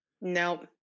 Nope